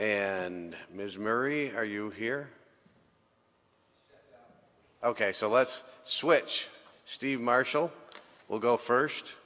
and ms mary are you here ok so let's switch steve marshall will go first